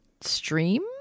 stream